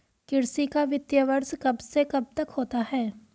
कृषि का वित्तीय वर्ष कब से कब तक होता है?